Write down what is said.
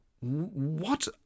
What